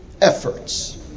efforts